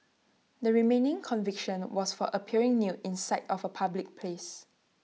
the remaining conviction was for appearing nude in sight of A public place